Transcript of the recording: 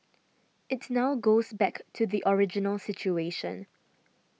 it now goes back to the original situation